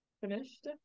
finished